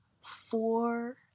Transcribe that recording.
four